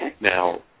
Now